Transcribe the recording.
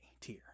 tier